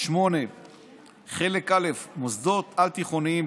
8. חלק א': מוסדות על תיכוניים,